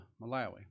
Malawi